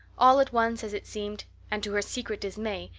all at once, as it seemed, and to her secret dismay,